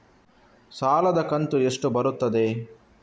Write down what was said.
ಸಾಲದ ಕಂತು ಎಷ್ಟು ಬರುತ್ತದೆ?